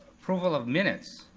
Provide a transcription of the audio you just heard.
approval of minutes